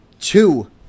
Two